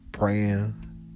Praying